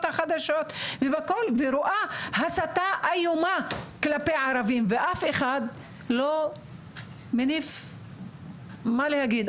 החדשות אני רואה הסתה איומה כלפי ערבים ושאף אחד לא מניד עפעף.